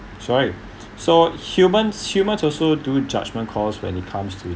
sorry so humans humans also do judgment calls when it comes to